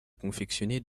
confectionner